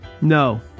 no